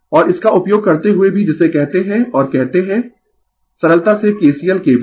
और इसका उपयोग करते हुए भी जिसे कहते है और कहते है सरलता से kcl kbl